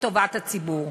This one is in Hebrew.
מטובת הציבור.